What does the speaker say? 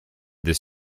this